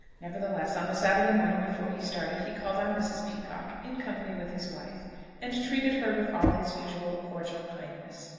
nevertheless, on the saturday morning, before he started, he called on mrs. peacocke in company with his wife and treated her with all his usual cordial kindness.